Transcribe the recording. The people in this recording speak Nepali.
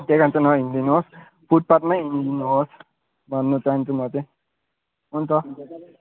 त्यै कारण चाहिँ न हिँहिदिनुहोस् फुटपाथमै हिँडिदिनुहोस् भन्नु चाहन्छु म चाहिँ हुन्छ